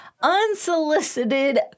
unsolicited